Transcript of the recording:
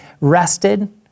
rested